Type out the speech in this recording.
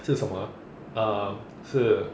是什么 ah um 是